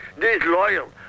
disloyal